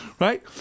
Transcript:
Right